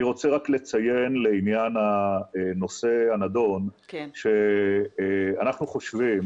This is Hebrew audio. אני רוצה לציין לעניין הנושא הנדון שאנחנו חושבים